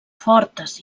fortes